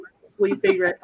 sleeping